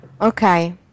Okay